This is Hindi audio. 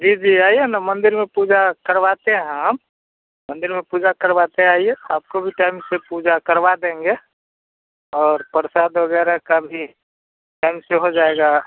जी जी आइए ना मंदिर में पूजा करवाते हैं हम मंदिर में पूजा करवाते हैं आइए आपको भी टाइम से पूजा करवा देंगे और प्रसाद वग़ैरह का भी टाइम से हो जाएगा